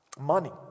Money